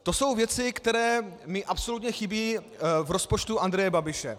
To jsou věci, které mi absolutně chybí v rozpočtu Andreje Babiše.